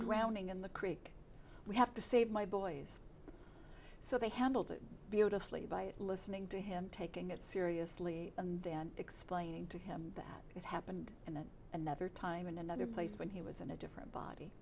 grounding in the creek we have to save my boys so they handled it beautifully by listening to him taking it seriously and then explaining to him that it happened and then another time in another place when he was in a different body